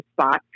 spots